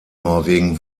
norwegen